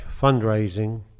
fundraising